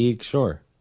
sure